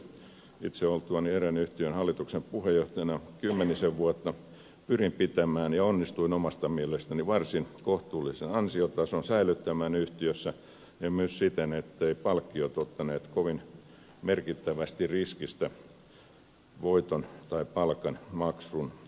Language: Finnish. itse oltuani erään yhtiön hallituksen puheenjohtajana kymmenisen vuotta pyrin pitämään ja onnistuin omasta mielestäni säilyttämään varsin kohtuullisen ansiotason yhtiössä myös siten etteivät palkkiot ottaneet kovin merkittävästi riskistä voiton tai palkanmaksun osuutta